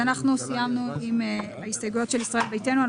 סיימנו עם ההסתייגויות של ישראל ביתנו.